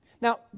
Now